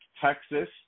Texas